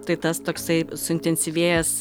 tai tas toksai suintensyvėjęs